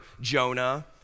Jonah